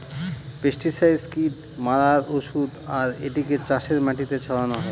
pesticide কীট মারার ঔষধ আর এটিকে চাষের মাটিতে ছড়ানো হয়